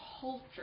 culture